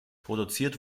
produziert